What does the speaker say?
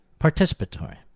Participatory